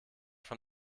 von